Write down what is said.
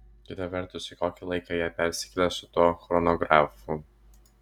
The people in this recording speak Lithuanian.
kita vertus į kokį laiką jie persikėlė su tuo chronografu